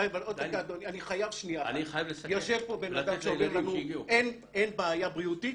יושב פה בן אדם שאומר לנו, אין בעיה בריאותית.